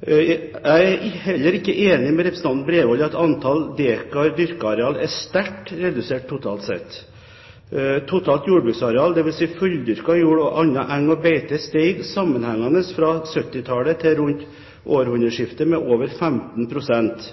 Jeg er heller ikke enig med representanten Bredvold i at antall dekar dyrket areal er sterkt redusert totalt sett. Totalt jordbruksareal – dvs. fulldyrket jord og annen eng og beite – steg sammenhengende fra 1970-tallet til rundt århundreskiftet med over 15 pst.